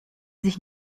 sich